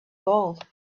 gold